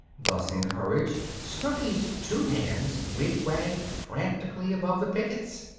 thus encouraged, snooky's two hands wigwagged frantically above the pickets.